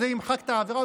זה ימחק את העבירה?